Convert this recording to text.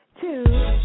two